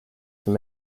for